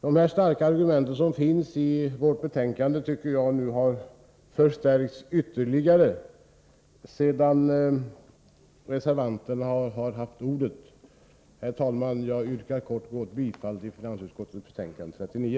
De starka argument som finns i vårt betänkande tycker jag nu har förstärkts ytterligare sedan reservanterna har haft ordet. Herr talman! Jag yrkar kort och gott bifall till hemställan i finansutskottets betänkande 39.